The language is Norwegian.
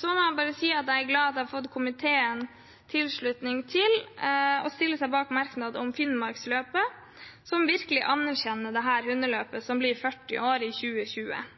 Så må jeg bare si at jeg er glad for at jeg har fått komiteens tilslutning til å stille seg bak merknaden om Finnmarksløpet, som virkelig anerkjenner dette hundeløpet som blir 40 år i 2020.